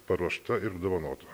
paruošta ir dovanota